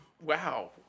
Wow